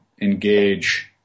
engage